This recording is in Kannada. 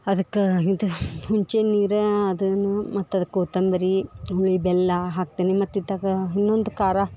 ಅದಕ್ಕೆ ಇದು ಹುಂಚೆನ್ ನೀರ ಅದನ್ನ ಮತ್ತು ಅದಕ್ಕೆ ಕೋತಂಬರಿ ಹುಳಿ ಬೆಲ್ಲ ಹಾಕ್ತೀನಿ ಮತ್ತು ಇತಕ ಇನ್ನೊಂದು ಖಾರ